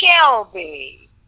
Shelby